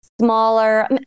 smaller